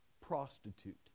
prostitute